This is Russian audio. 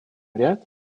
ряд